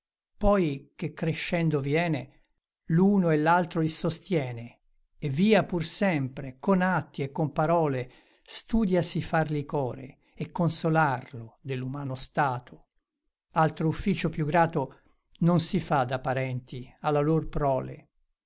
poi che crescendo viene l'uno e l'altro il sostiene e via pur sempre con atti e con parole studiasi fargli core e consolarlo dell'umano stato altro ufficio più grato non si fa da parenti alla lor prole